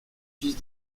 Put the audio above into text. fils